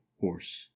horse